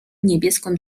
niebieską